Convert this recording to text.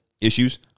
issues